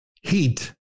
Heat